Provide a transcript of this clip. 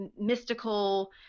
mystical